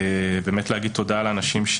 באמת להגיד תודה לאנשים,